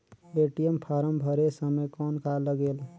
ATM form भरे समय कौन का लगेल?